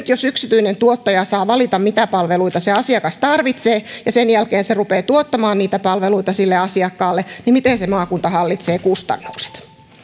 jos yksityinen tuottaja saa valita mitä palveluita se asiakas tarvitsee ja sen jälkeen se rupeaa tuottamaan niitä palveluita sille asiakkaalle niin miten se maakunta hallitsee kustannukset